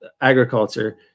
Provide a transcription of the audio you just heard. agriculture